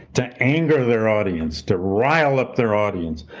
to anger their audience, to rile up their audience.